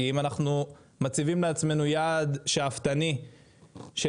כי אם אנחנו מציבים לעצמנו יעד שאפתני של